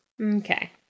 Okay